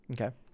Okay